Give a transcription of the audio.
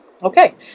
Okay